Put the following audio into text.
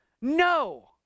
No